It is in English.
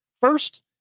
First